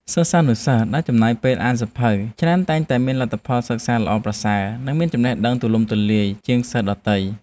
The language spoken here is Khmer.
សិស្សានុសិស្សដែលចំណាយពេលអានសៀវភៅច្រើនតែងតែមានលទ្ធផលសិក្សាល្អប្រសើរ និងមានចំណេះដឹងទូទៅទូលំទូលាយជាងសិស្សដទៃ។